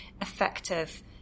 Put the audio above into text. effective